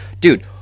Dude